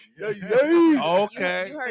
Okay